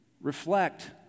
reflect